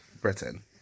Britain